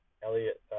Elliot